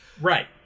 right